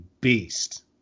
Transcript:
beast